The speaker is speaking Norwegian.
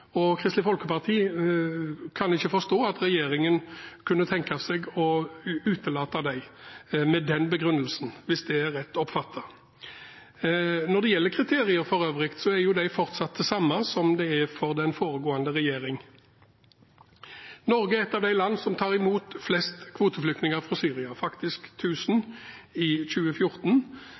og Kristelig Folkeparti kan ikke forstå at regjeringen kunne tenke seg å utelate dem med den begrunnelsen, hvis det er rett oppfattet. Når det gjelder kriterier for øvrig, er de fortsatt de samme som for den foregående regjering. Norge er et av de land som tar imot flest kvoteflyktninger fra Syria – faktisk 1 000 i 2014